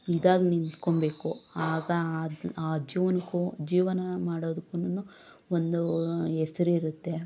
ಇದಾಗಿ ನಿಂತ್ಕೊಳ್ಬೇಕು ಆಗ ಆ ಜೀವ್ನಕ್ಕೂ ಜೀವನ ಮಾಡೋದಕ್ಕೂನೂ ಒಂದು ಹೆಸ್ರಿರುತ್ತೆ